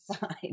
side